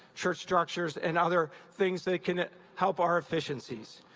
church structures and other things that can help our efficiencies.